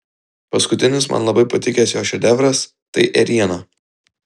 paskutinis man labai patikęs jo šedevras tai ėriena